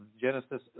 Genesis